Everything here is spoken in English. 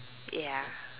ya